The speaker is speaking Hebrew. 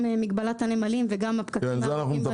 מגבלת הנמלים והפקקים.